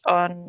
on